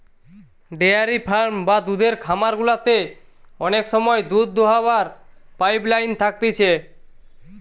dairy farm বা দুধের খামার গুলাতে অনেক সময় দুধ দোহাবার পাইপ লাইন থাকতিছে